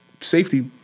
safety